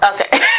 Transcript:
Okay